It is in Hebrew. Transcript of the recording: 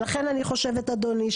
ולכן אני חושבת אדוני,